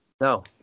No